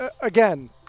again